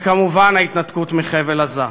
וכמובן ההתנתקות מחבל-עזה.